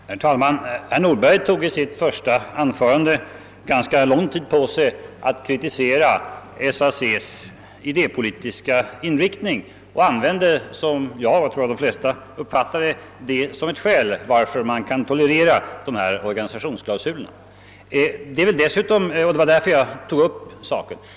Herr talman! Herr Nordberg tog i sitt första anförande ganska lång tid på sig att kritisera SAC:s idépolitiska inriktning och använde, som jag och och jag tror de flesta uppfattade det, detta som ett skäl för att man kan tolerera organisationsklausulerna. Det är därför jag tog upp den saken.